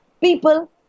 people